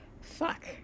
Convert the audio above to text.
Fuck